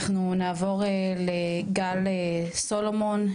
אנחנו נעבור לגל סולומון,